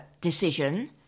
decision